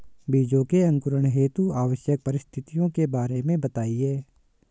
बीजों के अंकुरण हेतु आवश्यक परिस्थितियों के बारे में बताइए